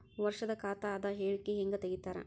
ವರ್ಷದ ಖಾತ ಅದ ಹೇಳಿಕಿ ಹೆಂಗ ತೆಗಿತಾರ?